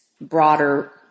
broader